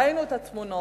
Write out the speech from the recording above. ראינו את התמונות,